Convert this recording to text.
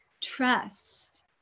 trust